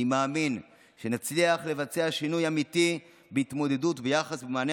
אני מאמין שנצליח לבצע שינוי אמיתי בהתמודדות ביחס ובמענה